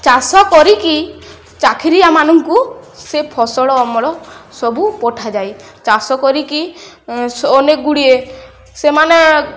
ଚାଷ କରିକି ଚାକିରିଆ ମାନଙ୍କୁ ସେ ଫସଲ ଅମଳ ସବୁ ପଠାଯାଏ ଚାଷ କରିକି ଅନେକ ଗୁଡ଼ିଏ ସେମାନେ